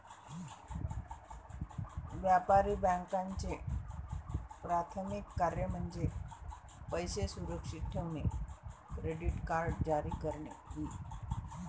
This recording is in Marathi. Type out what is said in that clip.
व्यापारी बँकांचे प्राथमिक कार्य म्हणजे पैसे सुरक्षित ठेवणे, क्रेडिट कार्ड जारी करणे इ